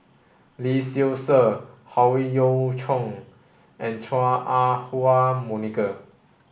Lee Seow Ser Howe Yoon Chong and Chua Ah Huwa Monica